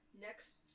next